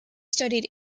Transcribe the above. studied